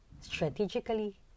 strategically